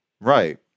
Right